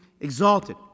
exalted